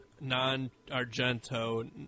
non-Argento